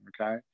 okay